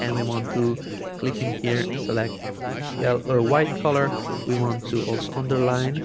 and we want to click in here select yellow white color we want to also underline